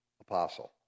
apostle